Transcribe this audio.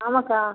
ஆமாம்க்கா